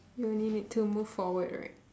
you only need to move forward right